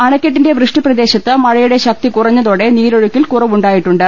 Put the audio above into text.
അണക്കെട്ടിന്റെ വൃഷ്ടി പ്രദേശത്ത് മഴയുടെ ശക്തി കുറഞ്ഞതോടെ നീളരാഴുക്കിൽ കുറവുണ്ടായിട്ടുണ്ട്